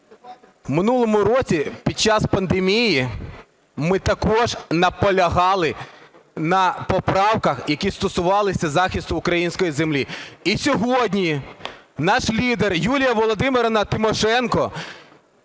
минулому році під час пандемії ми також наполягали на поправках, які стосувалися захисту української землі. І сьогодні наш лідер Юлія Володимирівна Тимошенко